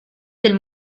del